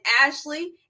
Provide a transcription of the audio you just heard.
Ashley